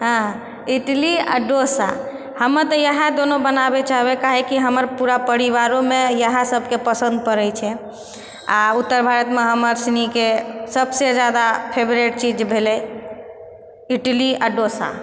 इडली आ डोसा हमही तऽ इएह दुनू बनाबए चाहबै किआकि हमर पूरा परिवारोमे इएह सबके पसन्द पड़ै छै आ उत्तर भारतमे हमरा सनीके सबसँ जादा फेवरिट चीज भेलेै इडली आ डोसा